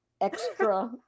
extra